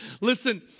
listen